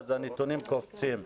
אז הנתונים קופצים.